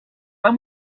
pas